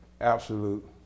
absolute